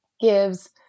gives